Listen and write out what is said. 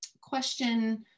question